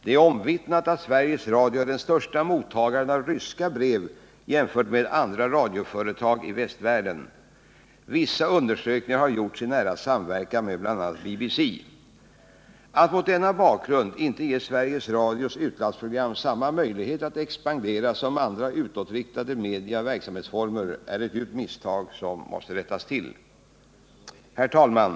Det är omvittnat att Sveriges Radio är den största mottagaren av ryska brev bland radioföretagen i västvärlden. Vissa undersökningar har gjorts i nära samverkan med bl.a. BBC. Att mot denna bakgrund inte ge Sveriges Radios utlandsprogram samma möjligheter att expandera som andra utåtriktade media och verksamhetsformer är ett djupt misstag som måste rättas till. Herr talman!